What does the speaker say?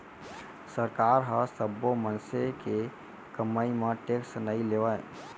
सरकार ह सब्बो मनसे के कमई म टेक्स नइ लेवय